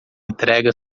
entrega